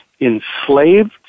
enslaved